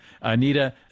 Anita